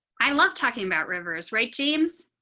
i love talking about rivers, right, james.